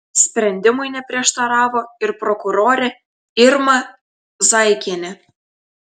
sprendimui neprieštaravo ir prokurorė irma zaikienė